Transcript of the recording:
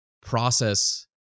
process